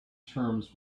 terms